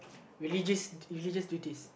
religious religious duties